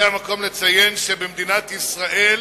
וזה המקום לציין שבמדינת ישראל